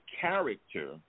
character